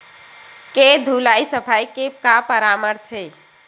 के धुलाई सफाई के का परामर्श हे?